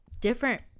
different